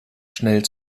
schnell